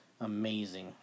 amazing